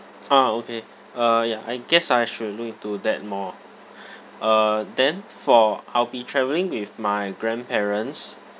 ah okay uh ya I guess I should look into that more uh then for I'll be travelling with my grandparents